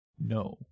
No